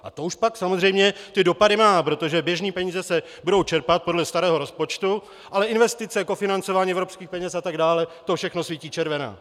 A to už pak samozřejmě ty dopady má, protože běžné peníze se budou čerpat podle starého rozpočtu, ale investice, kofinancování evropských peněz atd., tam všude svítí červená.